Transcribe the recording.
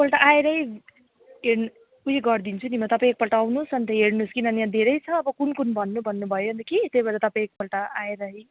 एकपल्ट आएरै हेर्नु उयो गरिदिन्छु नि म तपाईँ एकपल्ट आउनुहोस् अन्त हेर्नुहोस् किनभने यहाँ धेरै छ अब कुन कुन भन्नु भन्नु भयो नि त कि त्यही भएर तपाईँ एकपल्ट आएरै